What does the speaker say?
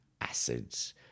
acids